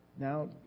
Now